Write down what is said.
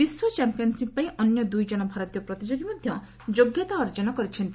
ବିଶ୍ୱ ଚାମ୍ପିୟନ୍ସିପ୍ ପାଇଁ ଅନ୍ୟ ଦୁଇ ଜଣ ଭାରତୀୟ ପ୍ରତିଯୋଗୀ ମଧ୍ୟ ଯୋଗ୍ୟତା ଅର୍ଜନ କରିଛନ୍ତି